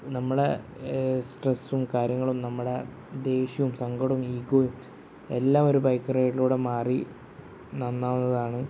നമ്മളെ സ്ട്രെസ്സും കാര്യങ്ങളും നമ്മുടെ ദേഷ്യവും സങ്കടവും ഈഗോയും എല്ലാം ഒരു ബൈക്ക് റൈഡിലൂടെ മാറി നന്നാവുന്നതാണ്